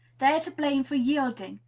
they are to blame for yielding,